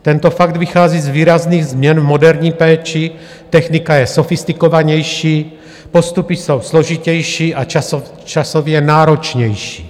Tento fakt vychází z výrazných změn moderní péče technika je sofistikovanější, postupy jsou složitější a časově náročnější.